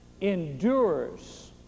endures